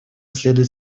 следует